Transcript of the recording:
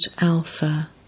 Alpha